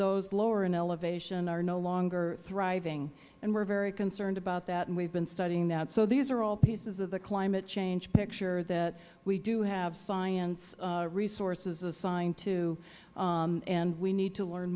those lower in elevation are no longer thriving and we are very concerned about that and we have been studying that so these are all pieces of the climate change picture that we do have science resources assigned to and we need to learn